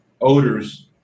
odors